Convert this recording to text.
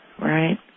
Right